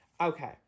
Okay